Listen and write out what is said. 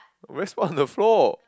I always put on the floor